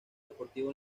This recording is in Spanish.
deportiva